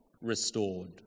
restored